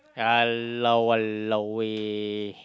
!walao! !walao! eh